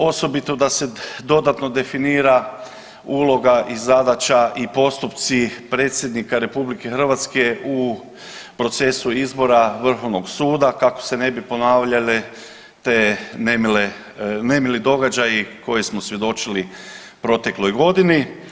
Osobito da se dodatno definira uloga i zadaća i postupci predsjednika RH u procesu izbora Vrhovnog suda kako se ne bi ponavljale te nemile, nemili događaji koje smo svjedočili u protekloj godini.